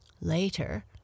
Later